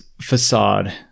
facade